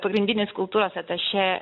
pagrindinis kultūros atašė